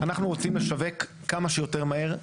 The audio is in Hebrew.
אנחנו רוצים לשווק כמה שיותר מהר,